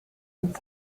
und